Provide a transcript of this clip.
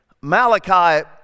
Malachi